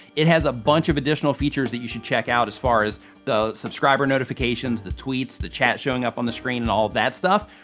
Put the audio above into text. it has a bunch of additional features that you should check out as far as the subscriber notifications, the tweets, the chat showing up on the screen and all of that stuff.